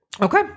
Okay